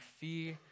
fear